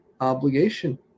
obligation